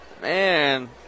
man